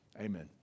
Amen